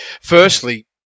Firstly